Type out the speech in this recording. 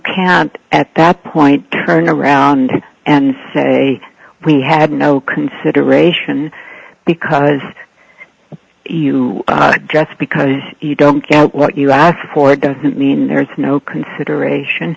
can't at that point turn around and say we had no consideration because just because you don't get what you ask for doesn't mean there's no consideration